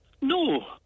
No